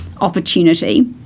opportunity